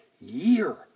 year